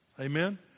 Amen